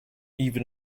even